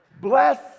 Bless